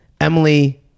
Emily